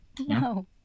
No